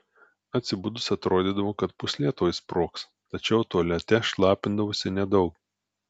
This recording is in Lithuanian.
atsibudus atrodydavo kad pūslė tuoj sprogs tačiau tualete šlapindavausi nedaug